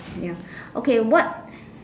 ya okay what